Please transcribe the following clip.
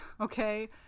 okay